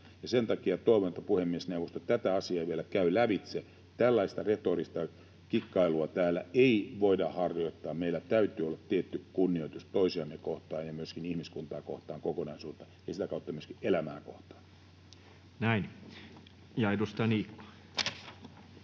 Sen takia toivon, että puhemiesneuvosto tätä asiaa vielä käy lävitse. Tällaista retorista kikkailua täällä ei voida harjoittaa, vaan meillä täytyy olla tietty kunnioitus toisiamme kohtaan ja myöskin ihmiskuntaa kohtaan kokonaisuutena — ja sitä kautta myöskin elämää kohtaan. [Speech 192]